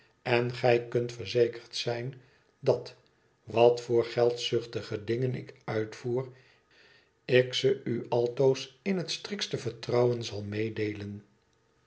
en gij kunt verzekerd zijn dat wat voor geldzuchtige dingen ik uitvoer ik ze u altoos alle in het strikste vertrouwen zal raeedeelen